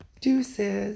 Deuces